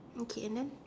okay and then